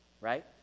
right